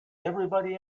everybody